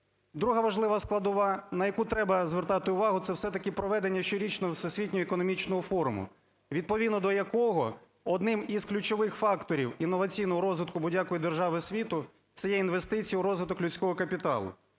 Друга важлива складова, на яку треба звертати увагу, це все-таки проведення щорічного Всесвітнього економічного форуму, відповідно до якого одним із ключових факторів інноваційного розвитку будь-якої держави світу – це є інвестиції у розвиток людського капіталу.